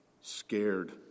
scared